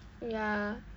ya